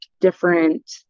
different